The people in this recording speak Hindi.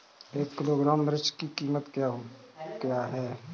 एक किलोग्राम मिर्च की कीमत क्या है?